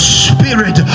spirit